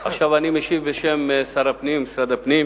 עכשיו, אני משיב בשם שר הפנים, משרד הפנים.